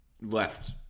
left